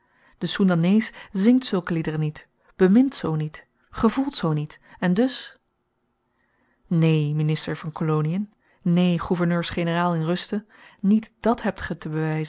de soendanees zingt zulke liederen niet bemint zoo niet gevoelt zoo niet en dus neen minister van kolonien neen gouverneurs generaal in ruste niet dàt hebt gy